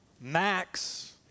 Max